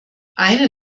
eine